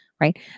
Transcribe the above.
right